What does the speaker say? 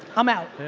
i'm out.